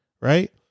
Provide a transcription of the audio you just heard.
right